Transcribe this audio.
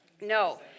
no